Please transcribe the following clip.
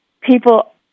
people